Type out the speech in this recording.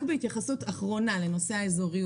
רק התייחסות אחרונה לנושא האזוריות